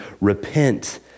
repent